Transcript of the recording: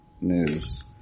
news